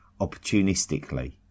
opportunistically